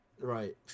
Right